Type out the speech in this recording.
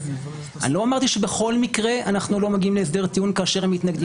לא אמרתי שבכל מקרה אנחנו לא מגיעים להסדר טיעון כאשר הם מתנגדים,